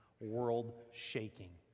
world-shaking